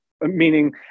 meaning